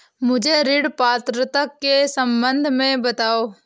मुझे ऋण पात्रता के सम्बन्ध में बताओ?